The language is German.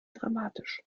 dramatisch